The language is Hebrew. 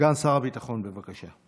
סגן שר הביטחון, בבקשה.